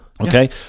Okay